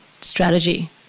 strategy